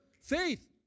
Faith